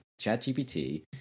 ChatGPT